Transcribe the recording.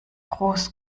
groß